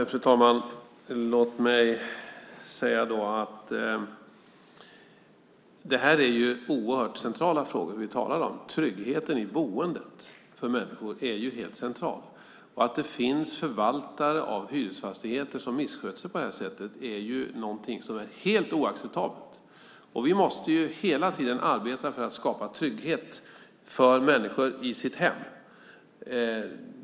Fru talman! Det är oerhört centrala frågor vi talar om. Tryggheten i boendet för människor är något helt centralt. Att det finns förvaltare av hyresfastigheter som missköter sig på det här sättet är ju helt oacceptabelt. Vi måste hela tiden arbeta för att skapa trygghet för människor i sina hem.